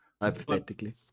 Hypothetically